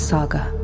Saga